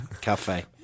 cafe